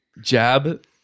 jab